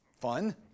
fun